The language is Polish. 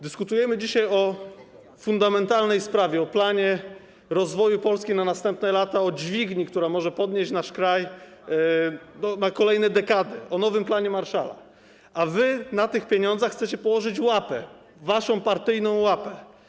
Dyskutujemy dzisiaj o fundamentalnej sprawie, o planie rozwoju Polski na następne lata, o dźwigni, która może podnieść nasz kraj na kolejne dekady, o nowym planie Marshalla, a wy na tych pieniądzach chcecie położyć łapę, waszą partyjną łapę.